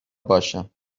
باشم